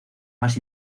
más